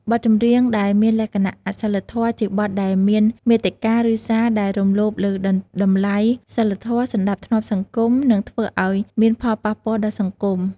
បទចម្រៀងដែលមានលក្ខណៈអសីលធម៌ ជាបទដែលមានមាតិកា ឬសារ ដែលរំលោភលើតម្លៃសីលធម៌ សណ្តាប់ធ្នាប់សង្គម និងធ្វើឲ្យមានផលប៉ះពាល់ដល់សង្គម។